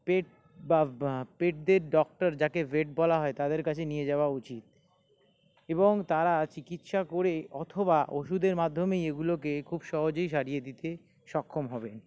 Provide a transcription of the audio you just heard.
পেট বা পেটদের ডক্টর যাকে ভেট বলা হয় তাদের কাছে নিয়ে যাওয়া উচিত এবং তারা চিকিৎসা করে অথবা ওষুধের মাধ্যমেই এগুলোকে খুব সহজেই সারিয়ে দিতে সক্ষম হবেন